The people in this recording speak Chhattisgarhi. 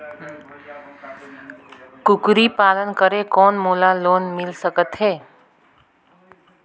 कूकरी पालन करे कौन मोला लोन मिल सकथे?